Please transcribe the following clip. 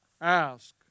Ask